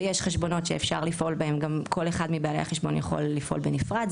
ויש חשבונות שאפשר לפעול בהם כל אחד מבעלי החשבון יכול לפעול בנפרד.